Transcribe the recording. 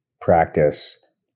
practice